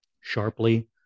sharply